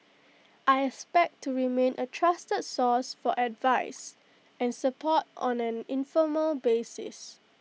I expect to remain A trusted source for advice and support on an informal basis